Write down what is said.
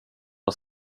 att